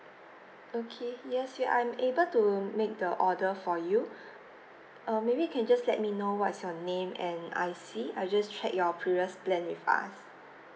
okay yes ya I'm able to make the order for you err maybe can just let me know what's your name and I_C I'll just check your previous plan with us